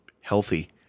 healthy